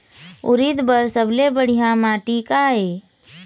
उरीद बर सबले बढ़िया माटी का ये?